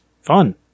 fun